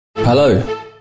Hello